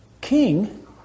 King